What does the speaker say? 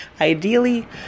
ideally